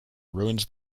ruins